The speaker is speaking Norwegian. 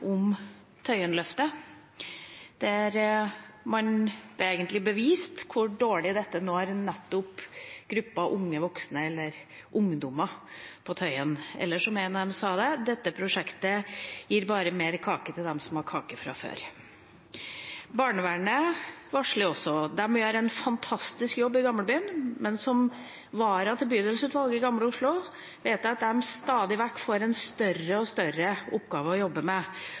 om Tøyenløftet, der man egentlig beviste hvor dårlig dette når nettopp gruppen unge voksne, eller ungdommer, på Tøyen. Eller som en av dem sa: Dette prosjektet gir bare mer kake til dem som har kake fra før. Barnevernet varsler også. De gjør en fantastisk jobb i Gamlebyen, men som vara til bydelsutvalget i Gamle Oslo vet jeg at de stadig vekk får en større og større oppgave å jobbe med.